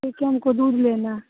देखिये हमको दूध लेना है